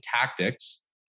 tactics